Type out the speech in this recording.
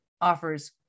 offers